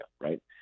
Right